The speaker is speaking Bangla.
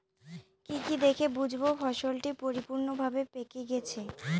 কি কি দেখে বুঝব ফসলটি পরিপূর্ণভাবে পেকে গেছে?